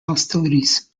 hostilities